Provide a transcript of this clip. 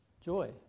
joy